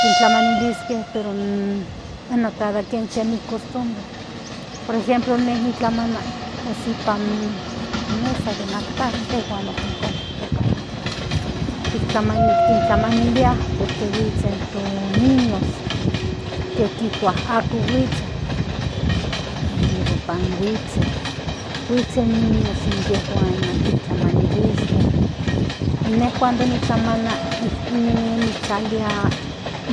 Kintlamaniliske, pero, bueno cada quien tiene cost bre por ejemplo, nenitlamana osipam mesa den altar te juan upinkontikto kayotia kintlamanilia porque huitzen to niños kekitua ako huitze no yendo beban huitze huitzen niños inye juana kintlamaniliske y den cuando nitlamana niklalia